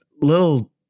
little